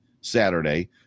Saturday